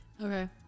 Okay